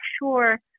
sure